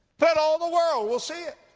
that all the world will see it.